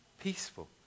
peaceful